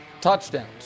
touchdowns